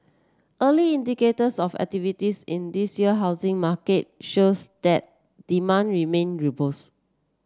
early indicators of activities in this year housing market shows that demand remain robust